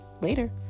later